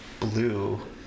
Blue